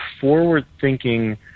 forward-thinking